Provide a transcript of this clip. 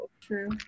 true